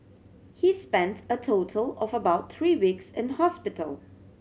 he spent a total of about three weeks in hospital